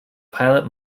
pilot